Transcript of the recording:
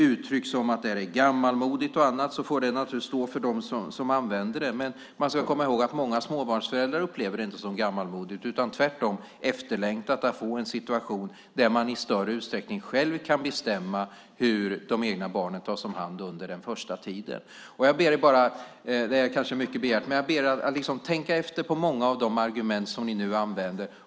Uttryck som att det här är gammalmodigt och annat får naturligtvis stå för dem som använder dem, men man ska komma ihåg att många småbarnsföräldrar upplever det inte som gammalmodigt. Det är tvärtom efterlängtat att få en situation där man i större utsträckning själv kan bestämma hur de egna barnen ska tas om hand under den första tiden. Det är kanske mycket begärt, men jag ber er att tänka efter när det gäller många av de argument som ni nu använder.